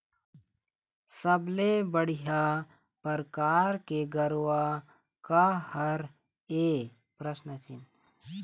सबले बढ़िया परकार के गरवा का हर ये?